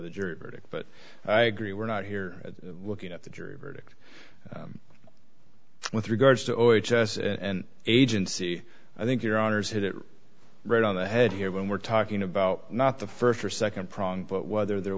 the jury verdict but i agree we're not here looking at the jury verdict with regards to an agency i think your honour's hit it right on the head here when we're talking about not the first or second prong but whether there